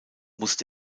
musst